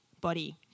body